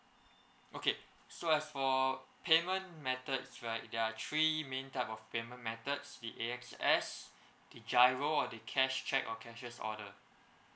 okay so as for payment methods right there are three main type of payment method the A X S the giro or the cash cheque or cashes order